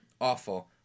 Awful